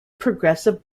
progressive